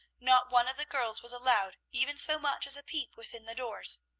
not one of the girls was allowed even so much as a peep within the doors.